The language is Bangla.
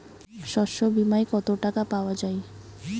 শস্য বিমায় কত টাকা পাওয়া যায়?